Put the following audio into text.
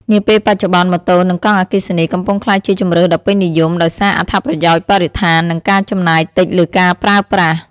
នាពេលបច្ចុប្បន្ន ម៉ូតូ និងកង់អគ្គិសនី កំពុងក្លាយជាជម្រើសដ៏ពេញនិយម ដោយសារអត្ថប្រយោជន៍បរិស្ថាន និងការចំណាយតិចលើការប្រើប្រាស់។